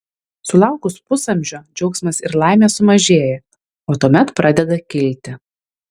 sulaukus pusamžio džiaugsmas ir laimė sumažėja o tuomet pradeda kilti